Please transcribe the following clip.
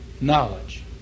knowledge